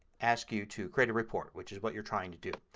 ask you to create a report which is what you're trying to do.